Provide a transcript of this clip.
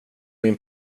min